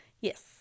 Yes